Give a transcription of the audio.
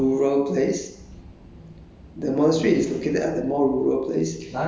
okay there is a more at a more rural place